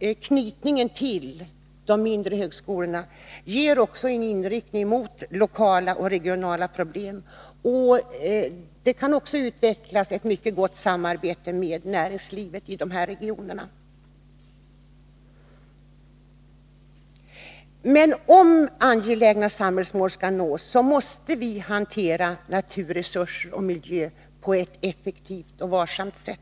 knytningen till de mindre högskolorna ger också en inriktning på lokala och regionala problem. I regionerna i fråga skulle det också kunna utvecklas ett mycket gott samarbete med näringslivet. Men om angelägna samhällsmål skall kunna nås, måste vi hantera naturresurser och miljö på ett effektivt och varsamt sätt.